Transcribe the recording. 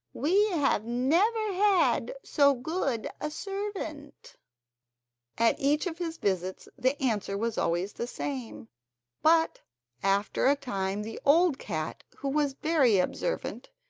we have never had so good a servant at each of his visits the answer was always the same but after a time the old cat, who was very observant,